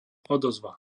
odozva